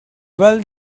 well